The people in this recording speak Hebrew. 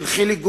של חיליק גוטמן,